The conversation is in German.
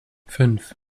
fünf